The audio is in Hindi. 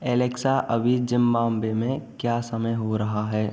एलेक्सा अभी ज़िम्बाब्वे में क्या समय हो रहा है